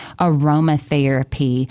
aromatherapy